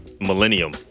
millennium